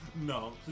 No